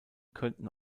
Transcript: könnten